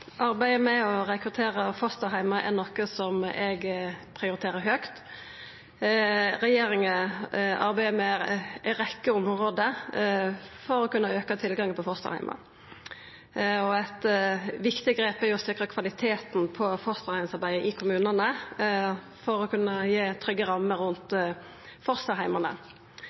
Arbeidet med å rekruttera fosterheimar er noko som eg prioriterer høgt. Regjeringa arbeider på ei rekkje område for å kunna auka tilgangen på fosterheimar. Eit viktig grep er å styrkja kvaliteten på fosterheimsarbeidet i kommunane for å kunna gi trygge rammer rundt